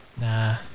Nah